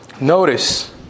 Notice